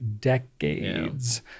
decades